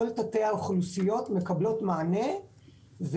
כל תתי האוכלוסיות מקבלות מענה,